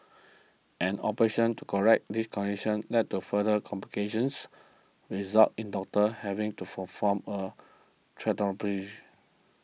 an operation to correct this condition led to further complications result in doctors having to perform a